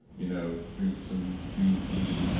you know drink some green tea,